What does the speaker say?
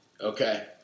Okay